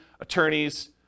attorneys